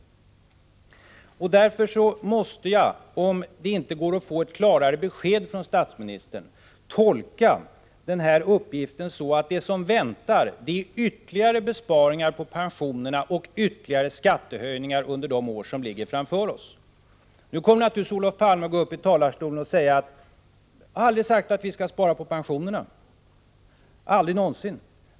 Därför måste jag — om det inte går att få ett klarare besked från statsministern — tolka den här uppgiften så att det som väntar är ytterligare besparingar på pensionerna och ytterligare skattehöjningar under de år som ligger framför oss. Nu kommer naturligtvis Olof Palme att gå upp i talarstolen och säga: Jag har aldrig sagt att vi skall spara på pensionerna, aldrig någonsin!